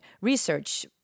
research